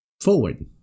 forward